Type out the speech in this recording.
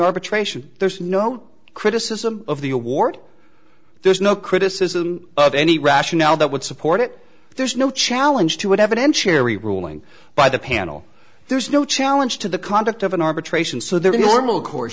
arbitration there's no criticism of the award there's no criticism of any rationale that would support it there's no challenge he would have an end cherry ruling by the panel there's no challenge to the conduct of an arbitration so there are normal course